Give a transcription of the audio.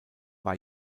war